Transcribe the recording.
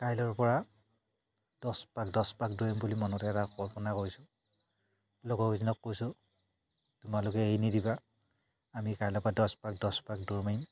কাইলৈৰ পৰা দছ পাক দছ পাক দৌৰিম বুলি মনতে এটা কল্পনা কৰিছোঁ লগৰকেইজনক কৈছোঁ তোমালোকে এৰি নিদিবা আমি কাইলৈ পৰা দছ পাক দছ পাক দৌৰ মাৰিম